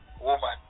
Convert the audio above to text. woman